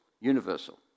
Universal